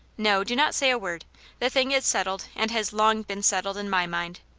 no, do not say a word the thing is settled, and has long been settled in my mind.